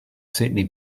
sydney